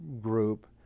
group